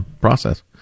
process